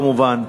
כמובן,